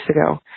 ago